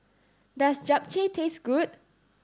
does Japchae taste good